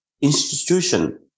institution